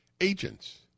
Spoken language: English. agents